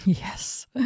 Yes